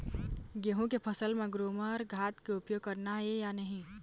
गेहूं के फसल म ग्रोमर खाद के उपयोग करना ये या नहीं?